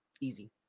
easy